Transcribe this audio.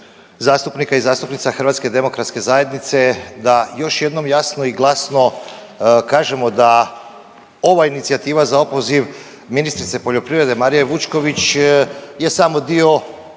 zastupnica i zastupnika HDZ-a da još jednom jasno i glasno kažemo da ova inicijativa za opoziv ministrice poljoprivrede Marije Vučković je samo dio